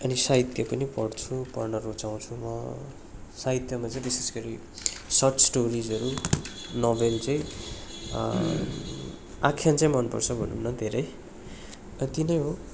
अनि साहित्य पनि पढ्छु पढ्न रुचाउँछु म साहित्यमा चाहिँ विशेष गरी सर्ट्स स्टोरिजहरू नोभेल चाहिँ आख्यान चाहिँ मन पर्छ भनौँ न धेरै यति नै हो